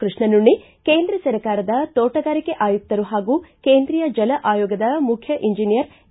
ಕೃಷ್ಣನುಣ್ಣಿ ಕೇಂದ್ರ ಸರ್ಕಾರದ ತೋಟಗಾರಿಕೆ ಆಯುಕ್ತರು ಹಾಗೂ ಕೇಂದ್ರೀಯ ಜಲ ಆಯೋಗದ ಮುಖ್ಯ ಎಂಜಿನಿಯರ್ ಎ